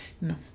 No